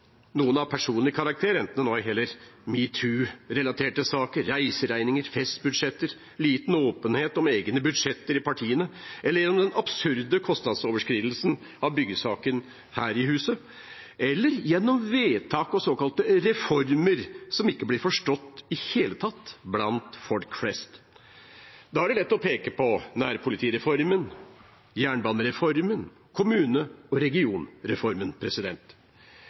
noen av personlig karakter, enten det er metoo-relaterte saker, reiseregninger, festbudsjetter, liten åpenhet om egne budsjetter i partiene, den absurde kostnadsoverskridelsen i byggesaken her i huset eller vedtak og såkalte reformer som ikke blir forstått i det hele tatt blant folk flest. Da er det lett å peke på nærpolitireformen, jernbanereformen og kommune- og regionreformen.